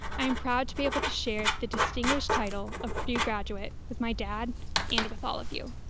i am proud to be able to share the distinguished title of purdue graduate with my dad and with all of you.